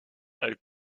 elle